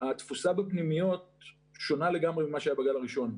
התפוסה בפנימיות שונה לגמרי ממה שהיה בגל הראשון.